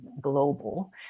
global